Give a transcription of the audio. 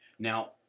Now